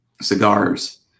cigars